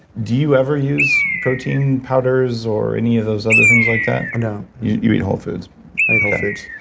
do you ever use protein powders or any of those other things like that? no you eat whole foods i eat whole foods.